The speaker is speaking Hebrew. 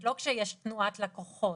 לא כשיש תנועת לקוחות.